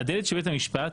הדלת של בית המשפט,